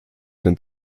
den